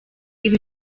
ibi